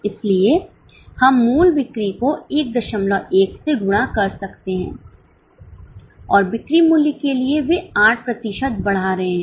इसलिए हम मूल बिक्री को 11 से गुणा कर सकते हैं और बिक्री मूल्य के लिए वे 8 प्रतिशत बढ़ा रहे हैं